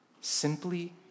simply